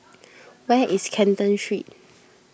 where is Canton Street